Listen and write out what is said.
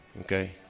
okay